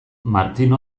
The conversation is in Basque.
martin